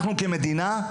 אנחנו, כמדינה,